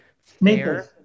Fair